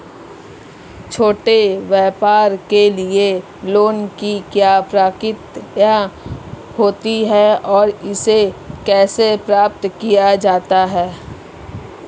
छोटे व्यापार के लिए लोंन की क्या प्रक्रिया होती है और इसे कैसे प्राप्त किया जाता है?